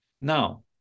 Now